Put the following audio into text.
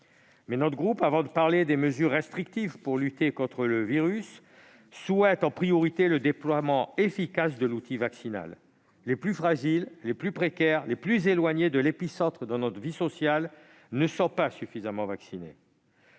parle de mettre en place des mesures restrictives pour lutter contre le virus, un déploiement efficace de l'outil vaccinal. Les plus fragiles, les plus précaires, les plus éloignés de l'épicentre de notre vie sociale ne sont pas suffisamment vaccinés.